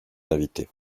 invitées